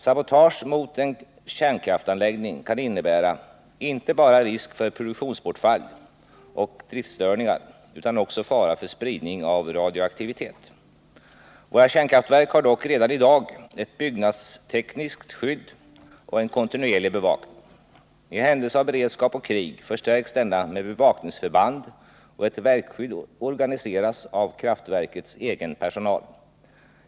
Sabotage mot en kärnkraftsanläggning kan innebära inte bara risk för produktionsbortfall och driftstörningar utan också fara för spridning av radioaktivitet. Våra kärnkraftverk har dock redan i dag ett byggnadstekniskt skydd och en kontinuerlig bevakning. I händelse av beredskap och krig förstärks denna med bevakningsförband och ett verkskydd organiserat av kraftverkets egen personal.